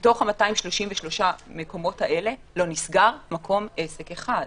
מתוך המקומות האלה לא נסגר מקום עסק אחד.